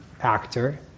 actor